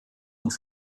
und